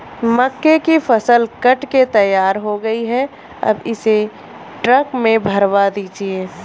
मक्के की फसल कट के तैयार हो गई है अब इसे ट्रक में भरवा दीजिए